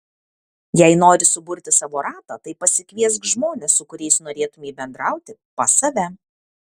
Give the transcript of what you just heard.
jei nori suburti savo ratą tai pasikviesk žmones su kuriais norėtumei bendrauti pas save